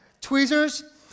Tweezers